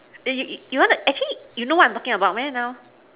eh you you you want actually you know what I'm talking about man now